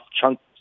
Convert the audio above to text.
chunks